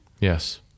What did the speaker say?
Yes